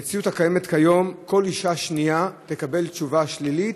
במציאות הקיימת כיום כל אישה שנייה תקבל תשובה שלילית,